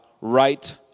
right